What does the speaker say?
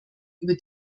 über